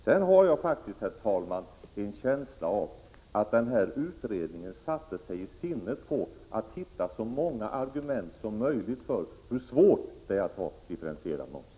Sedan har jag faktiskt, herr talman, en känsla av att utredningen satte sig i sinnet att försöka hitta så många argument som möjligt för att det är svårt att ha en differentierad moms.